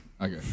Okay